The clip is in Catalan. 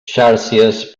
xàrcies